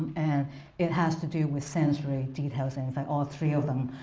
and it has to do with sensory details, and all three of them